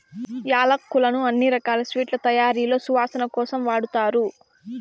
యాలక్కులను అన్ని రకాల స్వీట్ల తయారీలో సువాసన కోసం వాడతారు